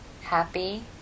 happy